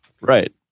Right